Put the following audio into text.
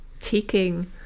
taking